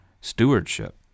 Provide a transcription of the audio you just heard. stewardship